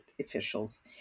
officials